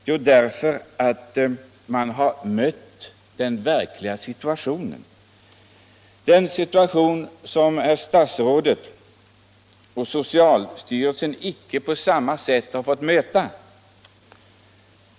Jo, därför att man har mött den verkliga situationen — den situation som herr statsrådet och socialstyrelsen icke på samma sätt har fått möta.